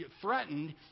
threatened